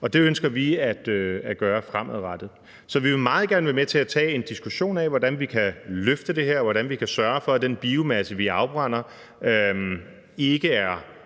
og det ønsker vi at gøre fremadrettet. Så vi vil meget gerne være med til at tage en diskussion af, hvordan vi kan løfte det her, hvordan vi kan sørge for, at den biomasse, vi afbrænder, ikke er